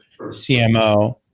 CMO